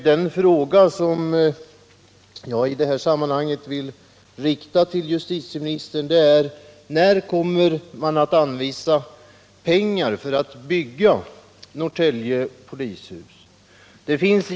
Den fråga som jag i detta sammanhang vill rikta till justitieministern är: När kommer man att anvisa pengar för att bygga Norrtälje polishus?